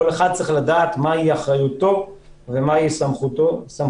כל אחד צריך לדעת מהי אחריותו ומהן סמכויותיו,